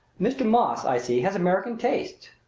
mr. moss, i see, has american tastes,